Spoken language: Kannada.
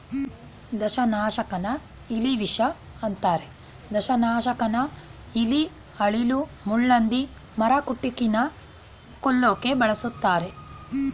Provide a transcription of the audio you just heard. ದಂಶನಾಶಕನ ಇಲಿವಿಷ ಅಂತರೆ ದಂಶನಾಶಕನ ಇಲಿ ಅಳಿಲು ಮುಳ್ಳುಹಂದಿ ಮರಕುಟಿಕನ ಕೊಲ್ಲೋಕೆ ಬಳುಸ್ತರೆ